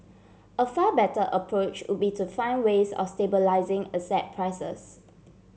a far better approach would be to find ways or stabilising asset prices